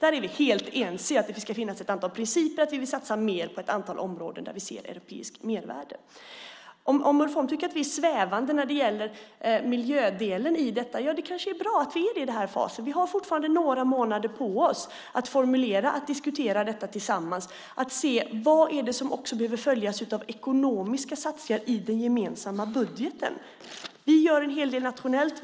Vi är helt ense om att dessa principer ska finnas, och vi vill satsa mer på ett antal områden där vi ser ett europeiskt mervärde. Ulf Holm tycker att vi svävar på målet när det gäller miljödelen, och det kanske är bra att vi gör det i just den här fasen. Vi har fortfarande några månader på oss att tillsammans formulera och diskutera detta och se vad det är som behöver följas av ekonomiska satsningar i den gemensamma budgeten. Vi gör en hel del nationellt.